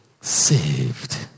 saved